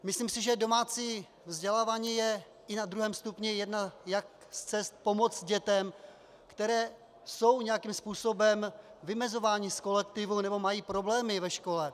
Myslím si, že domácí vzdělávání je i na druhém stupni jedna z cest, jak pomoct dětem, které jsou nějakým způsobem vymezovány z kolektivu nebo mají problémy ve škole.